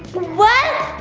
what?